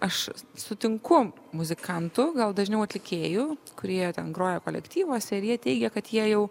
aš sutinku muzikantų gal dažniau atlikėjų kurie ten groja kolektyvuose ir jie teigia kad jie jau